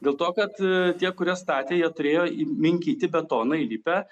dėl to kad tie kurie statė jie turėjo įminkyti betoną įlipę